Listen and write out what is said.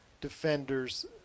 defenders